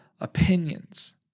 opinions